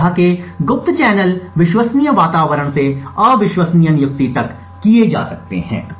इस तरह के गुप्त चैनल विश्वसनीय वातावरण से अविश्वसनीय नियुक्ति तक किए जा सकते हैं